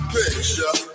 picture